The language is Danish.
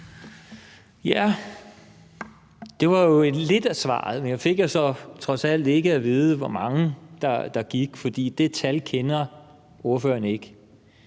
(V): Det var jo lidt af svaret, men jeg fik trods alt ikke at vide, hvor mange der gik, for det tal kender ordføreren ikke.